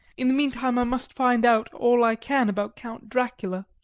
in the meantime i must find out all i can about count dracula,